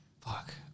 fuck